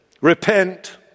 repent